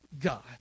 God